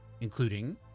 including